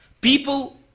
People